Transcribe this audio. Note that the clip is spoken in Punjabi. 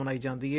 ਮਨਾਈ ਜਾਂਦੀ ਏ